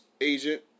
agent